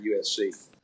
USC